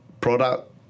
product